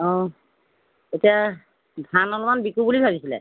অঁ এতিয়া ধান অলমান বিকো বুলি ভাবিছিলে